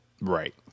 right